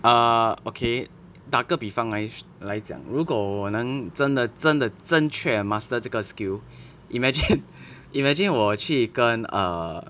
err okay 打个比方来来讲如果我能真的真的正确的 master 这个 skill imagine imagine 我去跟 err